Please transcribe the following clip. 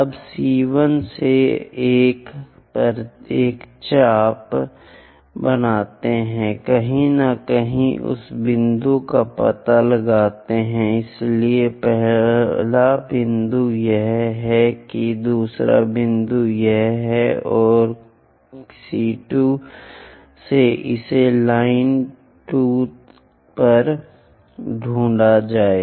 अब C1 से 1 पर एक चाप बनाते हैं कहीं न कहीं उस बिंदु का पता लगाते हैं इसलिए पहला बिंदु यह है कि दूसरा बिंदु यह है कि C2 से इसे लाइन 2 पर ढूँढा जाए